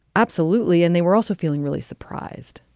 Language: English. absolutely, and they were also feeling really surprised.